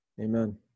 Amen